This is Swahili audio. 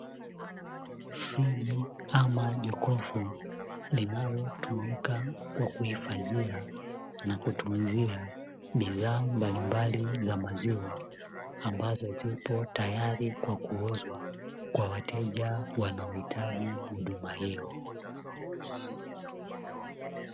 Friji ama jokofu linalotumika kwa kuhifadhia na kutunzia bidhaa mbalimbali za maziwa, ambazo zipo tayari kwa kuuzwa kwa wateja wanaohitaji huduma hiyo.